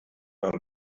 man